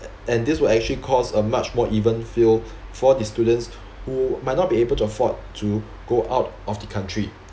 and this will actually cause a much more even feel for the students who might not be able to afford to go out of the country